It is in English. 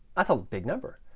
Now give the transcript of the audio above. that's a big number.